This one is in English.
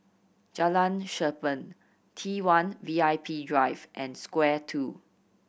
Jalan Cherpen T one VIP Drive and Square Two